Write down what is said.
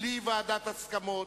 בלי ועדת הסכמות,